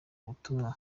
ubutumwa